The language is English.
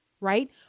Right